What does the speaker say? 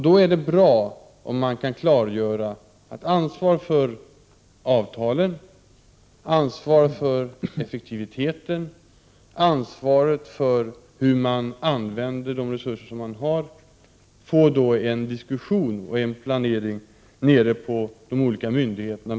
Det är bra om man, när det gäller ansvaret för avtalen, ansvaret för effektiviteten och ansvaret för hur man använder de resurser som man har, får till stånd en diskussion och en planering på de olika myndigheterna.